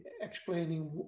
explaining